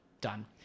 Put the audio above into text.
Done